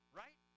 right